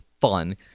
fun